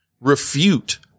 refute